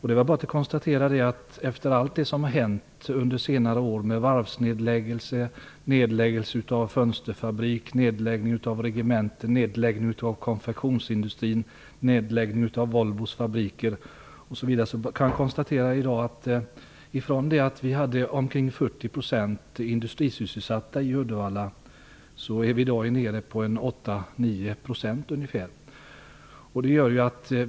Det har under senare år inträffat en hel del nedläggelser -- av varvet, av en fönsterfabrik, av ett regemente, av konfektionsindustri, av Volvos fabriker osv. Från att tidigare ha haft en 40 procentig andel industrisysselsatta i Uddevall är vi i dag nere på en nivå av ungefär 8--9 %.